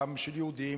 גם של יהודים,